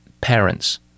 parents